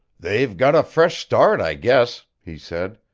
they've got a fresh start, i guess, he said.